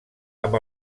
amb